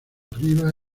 arriba